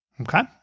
Okay